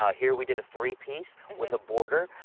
ah here we did a three-piece with a border.